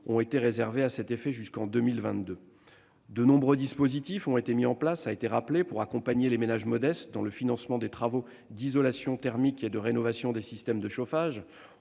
ont été réservés à cet effet jusqu'en 2022. De nombreux dispositifs ont été mis en place pour accompagner les ménages modestes dans le financement des travaux d'isolation thermique et de rénovation des systèmes de chauffage.